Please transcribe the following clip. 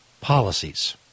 policies